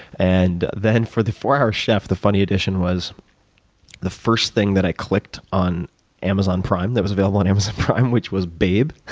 and then for the four hour chef, the funny edition was the first thing that i clicked on amazon prime that was available on amazon prime, which was babe.